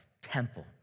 temple